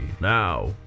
Now